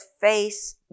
face